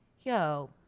yo